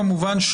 כמובן,